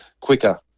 quicker